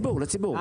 לציבור לציבור.